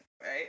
right